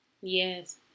Yes